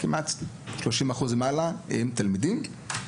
כמעט 30% תלמידים.